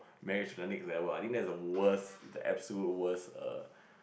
marriage to the next level I think that is the worst the absolute worst err